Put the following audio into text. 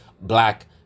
black